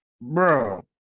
bro